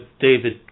David